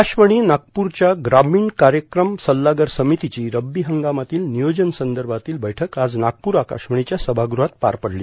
आकाशवाणी नागपूरच्या ग्रामीण कार्यक्रम सल्लागार समितीची रब्बी हंगामातील नियोजन संदर्भातील बैठक आज नागपूर आकाशवाणीच्या सभागृहात पार पडली